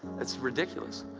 that's ridiculous.